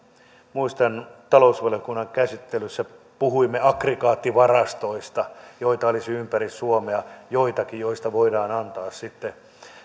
muistan että talousvaliokunnan käsittelyssä puhuimme aggregaattivarastoista joita olisi ympäri suomea joitakin joista voidaan antaa sitten